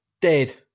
dead